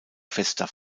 fester